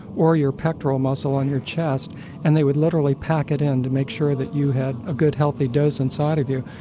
or your pectoral muscle on your chest and they would literally pack it in to make sure that you had a good healthy dose inside of you.